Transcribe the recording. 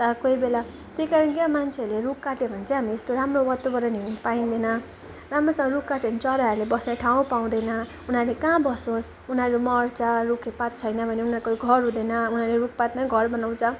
तर कोही बेला त्यही कारण कि मान्छेहरूले रुख काट्यो भने चाहिँ हामी यस्तो राम्रो वातावरणहरू पाइँदैन राम्रोसँग रुख काट्यो भने चराहरूले बस्ने ठाउँ पाउँदैन उनीहरू कहाँ बसोस् उनीहरू मर्छ रुख पात छैन भने उनीहरूको घर हुँदैन उनीहरूले रुखपात नै घर बनाउँछ